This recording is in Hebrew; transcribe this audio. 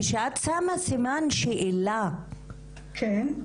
כשאת שמה סימן שאלה --- כן.